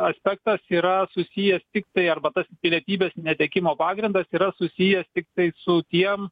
aspektas yra susijęs tiktai arba tas pilietybės netekimo pagrindas yra susijęs tiktai su tiem